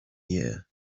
year